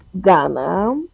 Ghana